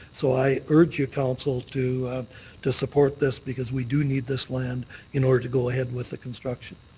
so i urge you, council, to to support this because we do need this land in order to go ahead with the construction.